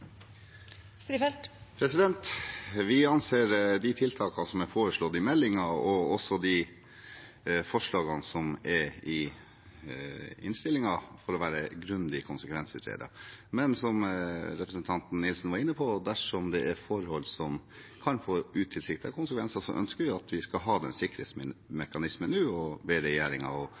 Vi anser de tiltakene som er foreslått i meldingen, og også de forslagene som er i innstillingen, for å være grundig konsekvensutredet. Men som representanten Nilsen var inne på: Dersom det er forhold som kan få utilsiktede konsekvenser, ønsker vi at vi skal ha den sikkerhetsmekanismen, og